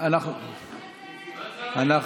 אין צורך.